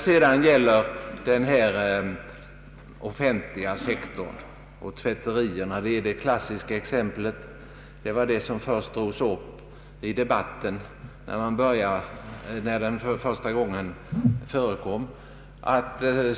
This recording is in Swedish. Vad gäller den offentliga sektorn är tvätterierna, som herr Jansson tar upp, det klasiska exemplet och i början rörde sig debatten huvudsakligen om dem.